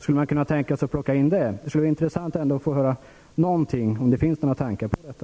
Det skulle vara intressant att få höra något om det. Finns det några tankar kring detta?